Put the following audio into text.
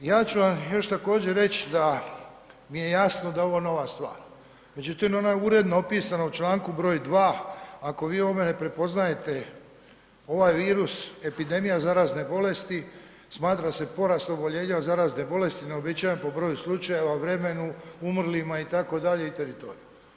Ja ću vam još također reći da mi je jasno da je ovo nova stvar, međutim ona je uredno opisana u čl. br. 2. ako vi u ovome ne prepoznajete ovaj virus, epidemija zarazne bolesti smatra se porast oboljenja od zarazne bolesti neuobičajen po broju slučajeva, u vremenu umrlima itd. i teritorij.